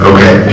Okay